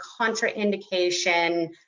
contraindication